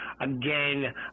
Again